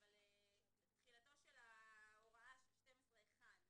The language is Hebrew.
תחילת ההוראה של 12(1)